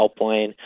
helpline